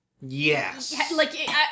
Yes